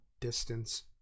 distance